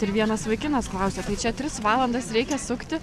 ir vienas vaikinas klausia tai čia tris valandas reikia sukti